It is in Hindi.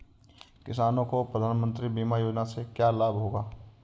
किसानों को प्रधानमंत्री बीमा योजना से क्या लाभ होगा?